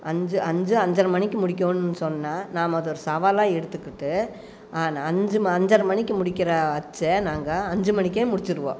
அஞ்சு அஞ்சு அஞ்சரை மணிக்கு முடிக்கணுன்னு சொன்னால் நாம் அது ஒரு சவாலாக எடுத்துக்கிட்டு ஆனால் அஞ்சு அஞ்சரை மணிக்கு முடிக்கிற அச்சை நாங்கள் அஞ்சு மணிக்கே முடிச்சுடுவோம்